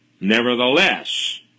nevertheless